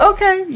Okay